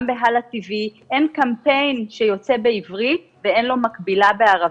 גם בהַלָא TV. אין קמפיין שיוצא בעברית ואין לו מקבילה בערבית.